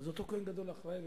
אותו כוהן גדול אחראי לזה.